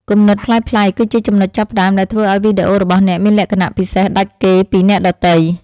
គំនិតប្លែកៗគឺជាចំណុចចាប់ផ្តើមដែលធ្វើឱ្យវីដេអូរបស់អ្នកមានលក្ខណៈពិសេសដាច់គេពីអ្នកដទៃ។